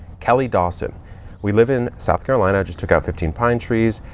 kelly dawson we live in south carolina. i just took out fifteen pine trees.